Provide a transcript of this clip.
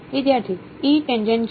વિદ્યાર્થી E tangential